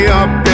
up